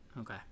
Okay